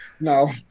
No